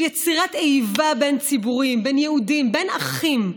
של יצירת איבה בין ציבורים, בין יהודים, בין אחים,